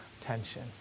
tension